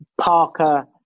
Parker